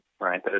right